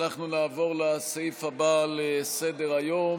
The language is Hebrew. אנחנו נעבור לסעיף הבא על סדר-היום: